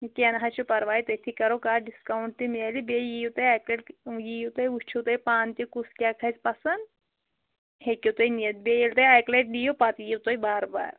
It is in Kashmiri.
کیٚنٛہہ نہَ حظ چھُ پرواے تٔتی کٔرو کَتھ ڈِسکاوٗنٛٹ تہِ میلہِ بیٚیہِ یِیِو تُہۍ اکہِ لٹہِ یِیِو تُہۍ وُِچھِو تُہۍ پانہِ تہِ کُس کیٛاہ کھسہِ پَسنٛد ہیٚکِو تُہۍ نِتھ بیٚیہِ ییٚلہِ تۅہہِ اکہِ لٹہِ نِیِو پَتہٕ یِیِو تُہۍ بار بار